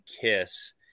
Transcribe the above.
Kiss